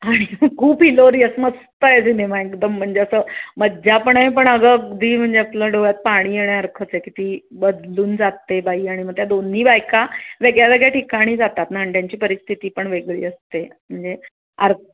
आणि खूप हिलोरियस मस्त आहे सिनेमा एकदम म्हणजे असं मजापण आहे पण अग अगदी म्हणजे आपल्या डोळ्यात पाणी येण्यासारखंच आहे किती बदलून जाते बाई आणि मग त्या दोन्ही बायका वेगळ्यावेगळ्या ठिकाणी जातात आणि त्यांची परिस्थिती पण वेगळी असते म्हणजे अर्